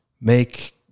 make